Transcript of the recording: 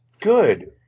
good